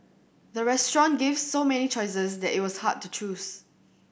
the restaurant gave so many choices that it was hard to choose